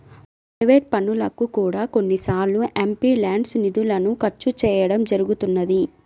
private పనులకు కూడా కొన్నిసార్లు ఎంపీల్యాడ్స్ నిధులను ఖర్చు చేయడం జరుగుతున్నది